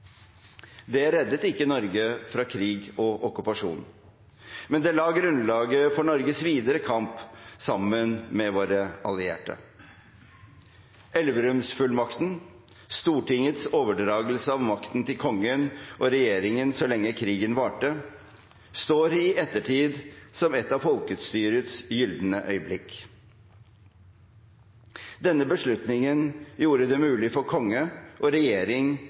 Det reddet ikke Norge fra krig og okkupasjon, men det la grunnlaget for Norges videre kamp sammen med våre allierte. Elverumsfullmakten, Stortingets overdragelse av makten til kongen og regjeringen så lenge krigen varte, står i ettertid som et av folkestyrets gylne øyeblikk. Denne beslutningen gjorde det mulig for konge og regjering